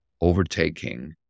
overtaking